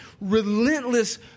relentless